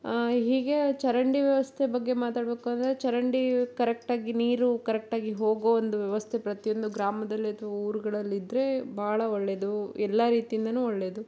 ಹೀಗೆ ಚರಂಡಿ ವ್ಯವಸ್ಥೆ ಬಗ್ಗೆ ಮಾತಾಡಬೇಕು ಅಂದರೆ ಚರಂಡಿಯು ಕರೆಕ್ಟಾಗಿ ನೀರು ಕರೆಕ್ಟಾಗಿ ಹೋಗೋ ಒಂದು ವ್ಯವಸ್ಥೆ ಪ್ರತಿಯೊಂದು ಗ್ರಾಮದಲ್ಲಿ ಅಥವಾ ಊರುಗಳಲ್ಲಿದ್ದರೆ ಭಾಳ ಒಳ್ಳೆಯದು ಎಲ್ಲ ರೀತಿಯಿಂದಲೂ ಒಳ್ಳೆಯದು